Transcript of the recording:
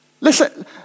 Listen